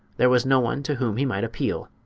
there was no one to whom he might appeal.